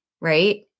Right